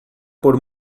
por